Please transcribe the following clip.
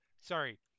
Sorry